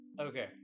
Okay